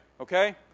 Okay